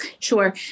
Sure